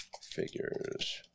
figures